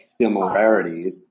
similarities